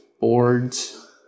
boards